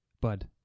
bud